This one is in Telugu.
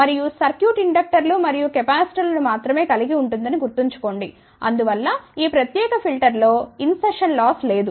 మరియు సర్క్యూట్ ఇండక్టర్లు మరియు కెపాసిటర్ లను మాత్రమే కలిగి ఉంటుందని గుర్తుంచుకోండి అందువల్ల ఈ ప్రత్యేక ఫిల్టర్లో ఇన్సర్షన్ లాస్ లేదు